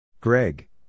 Greg